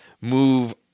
move